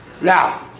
Now